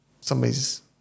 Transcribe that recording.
somebody's